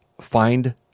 find